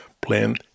Plan